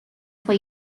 for